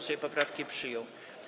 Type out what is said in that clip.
Sejm poprawki przyjął.